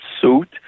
suit